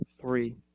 Three